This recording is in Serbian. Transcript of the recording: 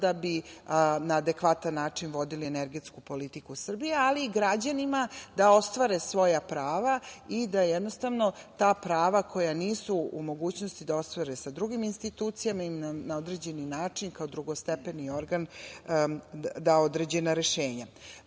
da bi na adekvatan način vodili energetsku politiku Srbije, ali i građanima da ostvare svoja prava i da ta prava koja nisu u mogućnosti da ostvare sa drugim institucijama, i na određeni način kao drugostepeni organ da određena rešenja. Ono